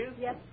Yes